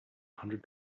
hundred